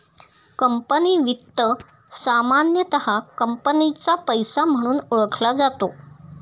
company वित्त सामान्यतः कंपनीचा पैसा म्हणून ओळखला जातो